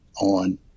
on